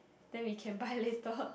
then we can buy later